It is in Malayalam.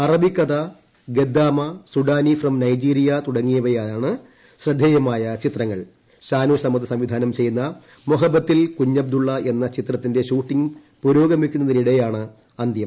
അറബികഥ ഗദ്ദാമ സുഡാനി ഫ്രം നൈജീരിയ തുടങ്ങിയവയാണ് ശ്രദ്ധേയമായ ചിത്രങ്ങൾ ഷാനു സമദ് സംവിധാനം ചെയ്യുന്ന മൊഹബ്ബത്തിൽ കുഞ്ഞബ്ദ്ദുള്ള എന്ന ചിത്രത്തിന്റെ ഷൂട്ടിംഗ് പുരോഗമിക്കുന്നതിനിടെയായിരുന്നു അന്ത്യം